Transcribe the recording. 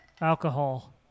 alcohol